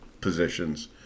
positions